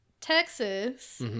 Texas